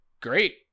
Great